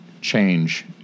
change